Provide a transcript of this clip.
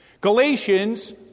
Galatians